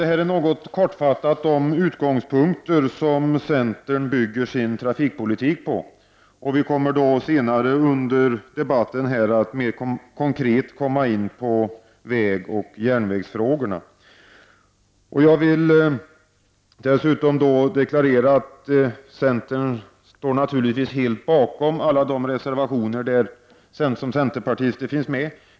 Detta är något kortfattat de utgångspunkter som centern bygger sin trafikpolitik på. Senare under debatten kommer vi att mer konkret gå in på vägresp. järnvägsfrågorna. Jag vill dessutom deklarera att centerpartiet naturligtvis står bakom alla de reservationer där centerpartister finns med.